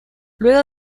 luego